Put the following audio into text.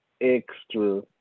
extra